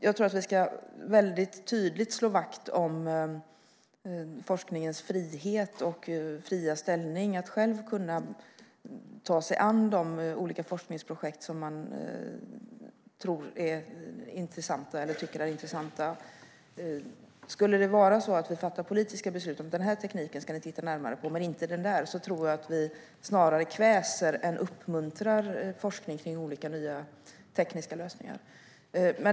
Jag tror att vi tydligt ska slå vakt om forskningens fria ställning och frihet att själv ta sig an de olika forskningsprojekt som man tycker är intressanta. Skulle vi fatta politiska beslut och säga att den här tekniken ska ni titta närmare på men inte den där, då tror jag att vi kväser snarare än uppmuntrar forskning kring olika nya tekniska lösningar.